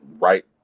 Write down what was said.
right